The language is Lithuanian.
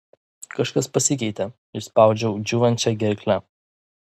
kažkas pasikeitė išspaudžiau džiūvančia gerkle